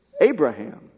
Abraham